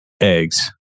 eggs